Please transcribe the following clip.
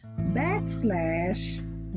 backslash